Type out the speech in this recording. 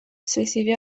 suizidio